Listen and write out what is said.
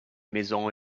maisons